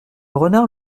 renard